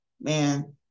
man